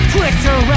Twitter